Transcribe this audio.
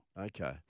Okay